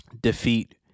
defeat